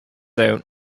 out